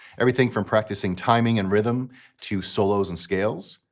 everything from practicing timing and rhythm to solos and scales.